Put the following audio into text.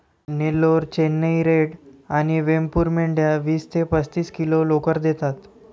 Nellore, Chennai red आणि वेमपूर मेंढ्या वीस ते पस्तीस किलो लोकर देतात